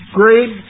great